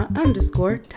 underscore